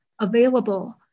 available